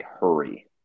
hurry